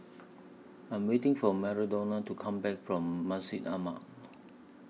I Am waiting For Madonna to Come Back from Masjid Ahmad